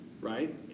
Right